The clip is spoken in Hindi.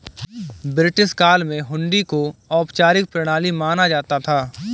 ब्रिटिश काल में हुंडी को औपचारिक प्रणाली माना जाता था